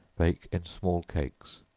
bake in small cakes,